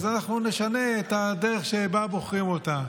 נשנה את הדרך שבה בוחרים אותם.